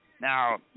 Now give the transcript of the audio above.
Now